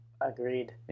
Agreed